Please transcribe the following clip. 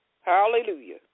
Hallelujah